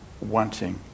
wanting